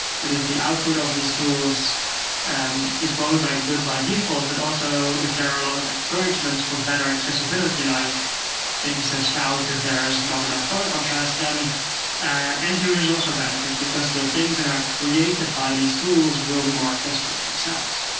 and if the output of these tools and is both good by default, but also, if there are a lot of encouragements for better accessibility, like things that shout if there is not enough color contrast, then and end users also benefit, because the things that are created by these tools will be more accessible themselves.